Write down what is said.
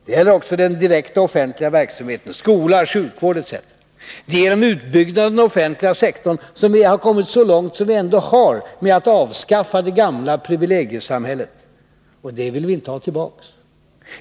Det gäller också den direkta offentliga verksamheten: skola, sjukvård etc. Det är genom utbyggnaden av den offentliga sektorn som vi har kommit så långt vi ändå har med att avskaffa det gamla privilegiesamhället. Och det vill vi inte ha tillbaka.